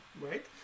right